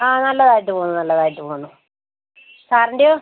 ആ നല്ലതായിട്ട് പോവുന്നു നല്ലതായിട്ട് പോവുന്നു സാറിന്റെയോ